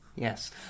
Yes